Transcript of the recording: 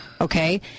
Okay